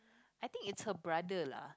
I think it's her brother lah